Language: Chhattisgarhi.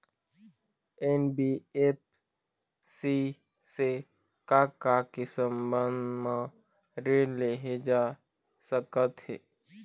एन.बी.एफ.सी से का का के संबंध म ऋण लेहे जा सकत हे?